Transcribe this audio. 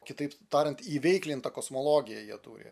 kitaip tariant iveiklintą kosmologiją jie turi